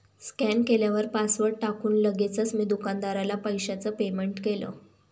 scan केल्यावर password टाकून लगेचच मी दुकानदाराला पैशाचं पेमेंट केलं